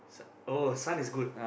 oh Sun is good